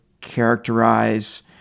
characterize